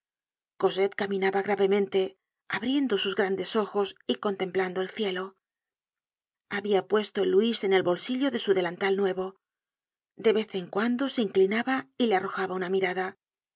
cosette caminaba gravemente abriendo sus grandes ojos y contemplando el cielo habia puesto el luis en el bolsillo de su delantal nuevo de vez en cuando se inclinaba y le arrojaba una mirada